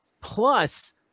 plus